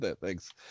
Thanks